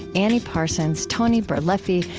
annie parsons, tony birleffi,